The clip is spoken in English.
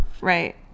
Right